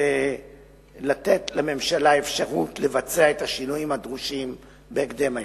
ולתת לממשלה אפשרות לבצע את השינויים הדרושים בהקדם האפשרי.